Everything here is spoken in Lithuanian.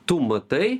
tu matai